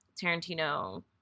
Tarantino